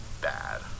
bad